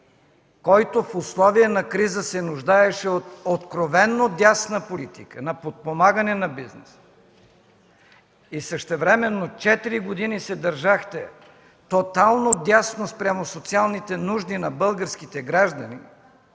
който в условия на криза се нуждаеше от откровено дясна политика, на подпомагане на бизнеса, и същевременно четири години се държахте тотално дясно спрямо социалните нужди на българските граждани,